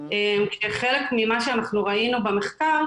חלק ממה שאנחנו ראינו במחקר,